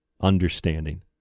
understanding